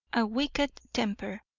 a wicked temper,